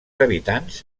habitants